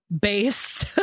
based